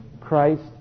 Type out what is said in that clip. Christ